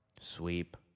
Sweep